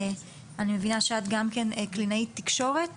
אני מבינה שאת גם כן קלינאית תקשורת?